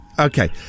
Okay